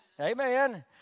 Amen